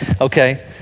Okay